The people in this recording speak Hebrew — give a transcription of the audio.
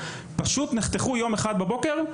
פשוט נחתכו יום אחד בבוקר.